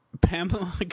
Pamela